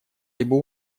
либо